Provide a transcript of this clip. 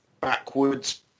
backwards